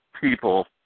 people